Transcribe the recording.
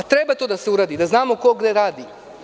To treba da se uradi, da znamo ko gde radi.